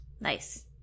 Nice